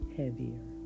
heavier